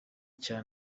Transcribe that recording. cya